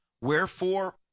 wherefore